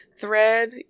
Thread